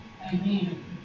Amen